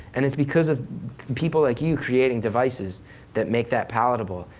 and it's because of people like you creating devices that make that palatable,